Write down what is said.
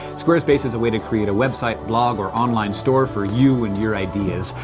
squarespace is a way to create a website, blog or online store for you and your ideas.